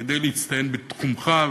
כדי להצטיין בתחומך,